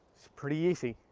pretty easy.